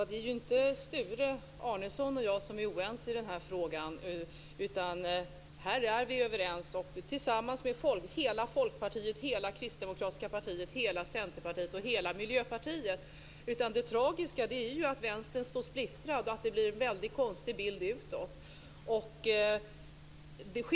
Fru talman! Sture Arnesson och jag är ju inte oense i den här frågan. Vi är överens tillsammans med hela Folkpartiet, hela det Kristdemokratiska partiet, hela Centerpartiet och hela Miljöpartiet. Det tragiska är ju att Vänstern står splittrat och att det blir en väldigt konstig bild utåt.